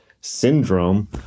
syndrome